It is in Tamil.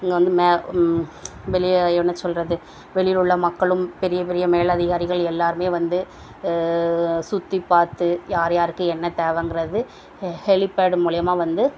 இங்கே வந்து மே வெளியே என்ன சொல்வது வெளியிலுள்ள மக்களும் பெரிய பெரிய மேல் அதிகாரிகள் எல்லோருமே வந்து சுற்றிப் பார்த்து யார்யாருக்கு என்ன தேவைங்கிறது ஹெ ஹெலிப்பேடு மூலயமா வந்து